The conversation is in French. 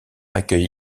accueille